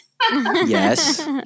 Yes